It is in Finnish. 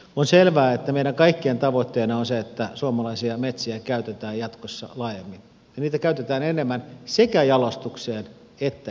on selvää että meidän kaikkien tavoitteena on se että suomalaisia metsiä käytetään jatkossa laajemmin ja niitä käytetään enemmän sekä jalostukseen että energiantuotantoon